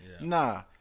nah